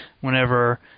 whenever